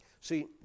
See